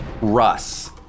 Russ